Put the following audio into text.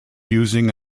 using